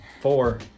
Four